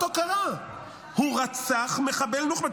הוא רצח מחבל נוח'בה,